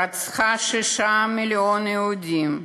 רצחה שישה מיליון יהודים,